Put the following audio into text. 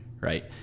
right